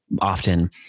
often